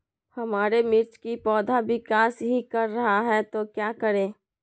हमारे मिर्च कि पौधा विकास ही कर रहा है तो क्या करे?